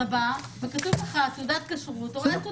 אתה בא וכתוב לך אם יש תעודת כשרות או אין.